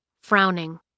frowning